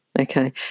Okay